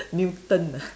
mutant ah